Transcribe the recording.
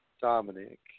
Dominic